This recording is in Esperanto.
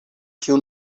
kiu